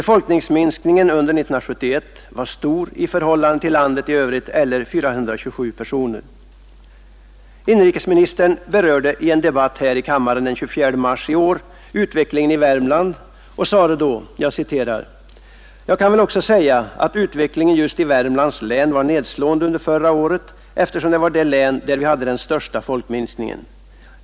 Folkminskningen under 1971 var stor i förhållande till landet i övrigt, eller 427 personer. Inrikesministern berörde i en debatt här i kammaren den 24 mars i år utvecklingen i Värmland och sade då: ”Jag kan väl också säga att utvecklingen just i Värmlands län var nedslående under förra året, eftersom det var det län där vi hade den största folkminskningen.